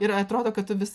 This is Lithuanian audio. ir atrodo kad tu vis